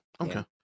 Okay